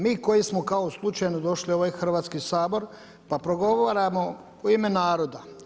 Mi koji smo kao slučajno došli u ovaj Hrvatski sabor pa progovaramo u ime naroda.